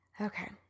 Okay